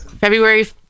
February